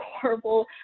horrible